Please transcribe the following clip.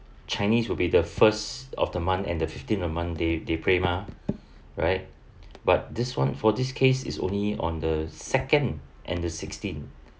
chinese will be the first of the month and the fifteenth of month they they pray mah right but this [one] for this case is only on the second and the sixteen